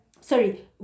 sorry